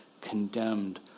condemned